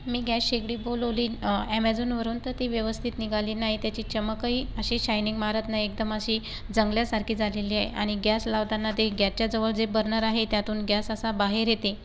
मी gas शेगडी बोलवली अॅमेझॉनवरून तर ती व्यवस्थित निघाली नाही त्याची चमकही अशी शायनिंग मारत नाही एकदम अशी जंगल्यासारखी झालेली आहे आणि गॅस लावताना ते गॅसच्या जवळ जे बर्नर आहे त्यातून गॅस असा बाहेर येते